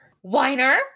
Whiner